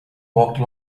walked